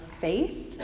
faith